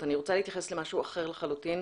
אני רוצה להתייחס למשהו אחר לחלוטין.